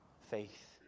faith